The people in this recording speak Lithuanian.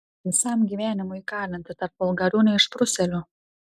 visam gyvenimui įkalinta tarp vulgarių neišprusėlių